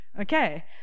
okay